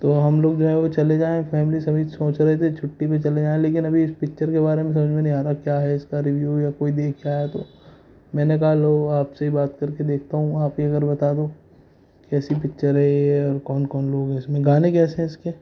تو ہم لوگ جو ہیں وہ چلے جائیں فیملی سبھیھ سوچ رہے تھے چھٹی پہ چلے جائیں لیکن ابھی پکچر کے بارے میں سمجھ میں نہیں آ رہا کیا ہے اس کا ریویو یا کوئی دیکھ کیا ہے تو میں نے ک ہو آپ سے ہی بات کر کے دیکھتا ہوں آپ یہ اگر بتا دو کیسی پکچر ہے اور کون کون لوگ ہیں اس میں گانے کیسے ہیں اس کے